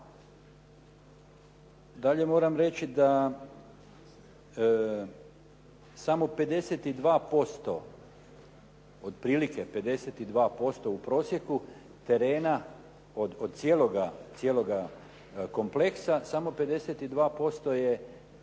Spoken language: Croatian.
Dalje moram reći da samo 52%, otprilike 52% u prosjeku terena od cijeloga kompleksa samo 52% je